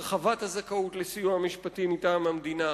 על הרחבת הזכאות לסיוע משפטי מטעם המדינה.